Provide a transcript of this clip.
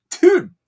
Dude